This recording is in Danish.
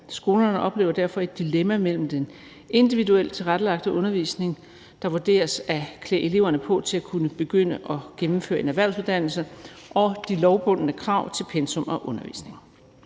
Skolerne oplever derfor et dilemma mellem den individuelt tilrettelagte undervisning, der vurderes at klæde eleverne på til at kunne begynde at gennemføre en erhvervsuddannelse, og de lovbundne krav til pensum og undervisning.